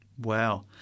Wow